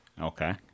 Okay